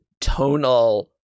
tonal